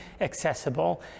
accessible